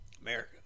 America